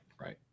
right